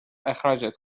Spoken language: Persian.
اخراجت